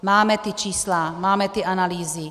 Máme ta čísla, máme ty analýzy.